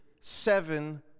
seven